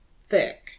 thick